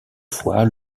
fois